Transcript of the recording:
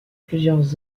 plusieurs